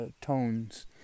tones